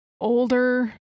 older